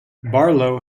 barlow